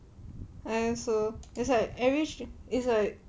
I also that's why I wish it's like